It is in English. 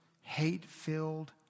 hate-filled